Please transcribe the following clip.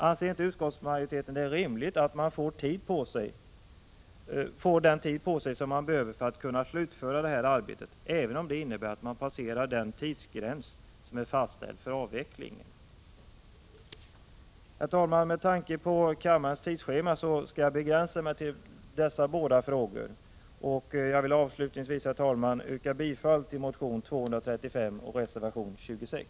Anser inte utskottsmajoriteten det rimligt att man får den tid på sig som man behöver för att kunna slutföra detta arbete även om det innebär att man passerar den tidsgräns som är fastställd för avvecklingen? Herr talman! Med tanke på kammarens tidsschema skall jag begränsa mig till dessa båda frågor. Avslutningsvis vill jag, herr talman, yrka bifall till reservation 26.